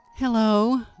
Hello